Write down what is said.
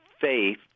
faith